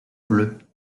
bleues